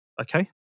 Okay